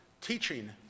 Teaching